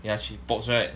yeah she's popz right